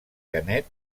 canet